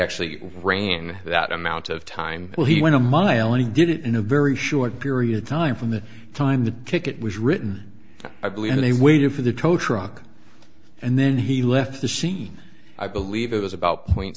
actually brain that amount of time well he went among i only did it in a very short period of time from the time the ticket was written i believe he waited for the tow truck and then he left the scene i believe it was about point